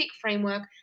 framework